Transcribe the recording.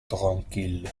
tranquille